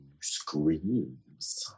Screams